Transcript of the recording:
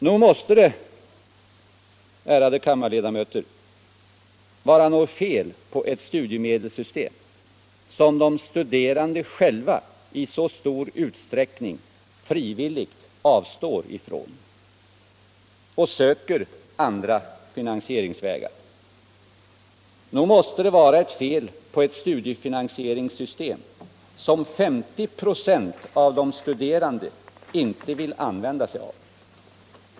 Nog måste det, ärade kammarledamöter, vara något fel på ett studiemedelssystem som de studerande själva i så stor utsträckning frivilligt avstår från och söker andra finansieringsvägar. Nog måste det vara ett fel på ett studiefinansieringssystem som 50 96 av de studerande inte vill använda sig av.